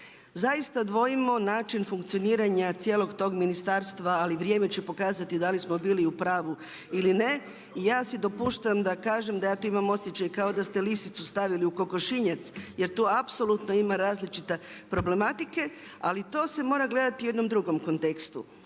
Zaista dvojimo način funkcioniranja cijelog tom ministarstva ali vrijeme će pokazati da li smo bili u pravu ili ne. I ja si dopuštam da kažem da ja tu imam osjećaj kao da ste lisicu stavili u kokošinjac jer tu apsolutno ima različite problematike. Ali to se mora gledati u jednom drugom kontekstu.